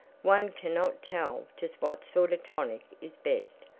one cannot tell just what sort of tonic is best,